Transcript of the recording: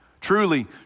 Truly